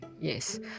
Yes